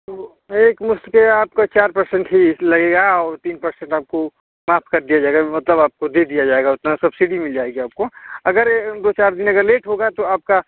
तो एक मुश्त के आपका चार परसेंट ही लगेगा और तीन परसेंट आपको माफ कर दिया जाएगा मतलब आपको दे दिया जाएगा उतना सब्सिडी मिल जाएगी आपको अगर दो चार दिन अगर लेट होगा तो आपका